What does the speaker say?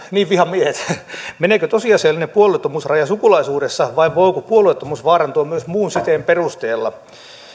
niin vihamiehet meneekö tosiasiallinen puolueettomuusraja sukulaisuudessa vai voiko puolueettomuus vaarantua myös muun siteen perusteella